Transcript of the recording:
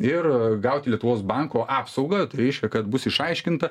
ir gaut lietuvos banko apsaugą tai reiškia kad bus išaiškinta